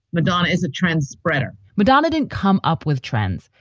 madonna is a trend spreader madonna didn't come up with trends.